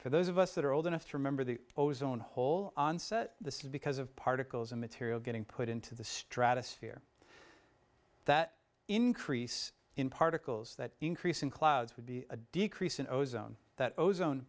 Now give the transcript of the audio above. those of us that are old enough to remember the ozone hole this is because of particles of material getting put into the stratosphere that increase in particles that increase in clouds would be a decrease in ozone that ozone